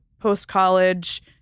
post-college